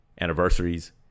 anniversaries